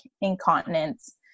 incontinence